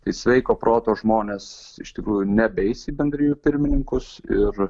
tai sveiko proto žmonės iš tikrųjų nebeis į bendrijų pirmininkus ir